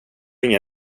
inga